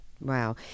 Wow